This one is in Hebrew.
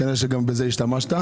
אז כנראה שגם בזה השתמשת.